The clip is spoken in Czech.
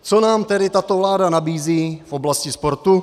Co nám tedy tato vláda nabízí v oblasti sportu?